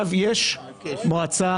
יש את מועצת